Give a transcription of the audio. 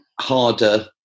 Harder